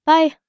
Bye